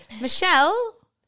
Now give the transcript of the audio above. Michelle